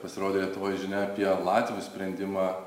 pasirodė lietuvoj žinia apie latvių sprendimą